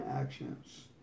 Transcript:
actions